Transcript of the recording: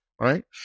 Right